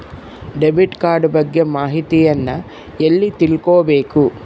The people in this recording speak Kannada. ಡೆಬಿಟ್ ಕಾರ್ಡ್ ಬಗ್ಗೆ ಮಾಹಿತಿಯನ್ನ ಎಲ್ಲಿ ತಿಳ್ಕೊಬೇಕು?